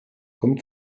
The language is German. kommen